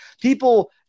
people